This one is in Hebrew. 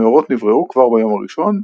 המאורות נבראו כבר ביום הראשון,